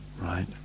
right